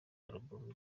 album